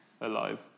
alive